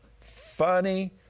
funny